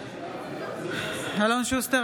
אלון שוסטר,